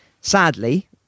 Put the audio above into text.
Sadly